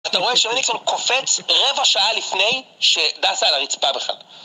אתה רואה שמניקסון קופץ רבע שעה לפני שדסה על הרצפה בכלל